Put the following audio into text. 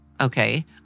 okay